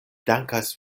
dankas